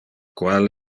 qual